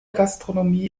gastronomie